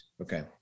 okay